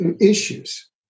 issues